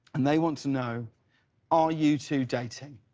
and they want to know are you two dating?